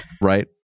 Right